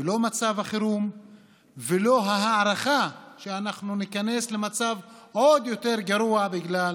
לא מצב החירום ולא ההערכה שאנחנו ניכנס למצב עוד יותר גרוע בגלל